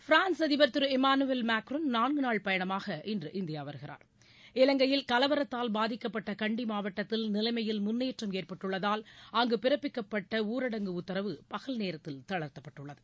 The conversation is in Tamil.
பிரான்ஸ் அதிபர் திரு இம்மானுவேல் மெக்ரான் நான்கு நாள் பயணாக இன்று இந்தியா வருகிறார் இலங்கையில் கலவரத்தால் பாதிக்கப்பட்ட கண்டி மாவட்டத்தில் நிலைமையில் முன்னேற்றம் ஏற்பட்டுள்ளதால் அங்கு பிறப்பிக்கப்பட்ட ஊரடங்கு உத்தரவு பகல் நேரத்தில் தளர்த்தப்பட்டுள்ளது